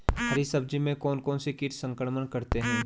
हरी सब्जी में कौन कौन से कीट संक्रमण करते हैं?